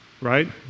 Right